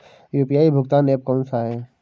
UPI भुगतान app कौन सा है?